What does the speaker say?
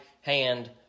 hand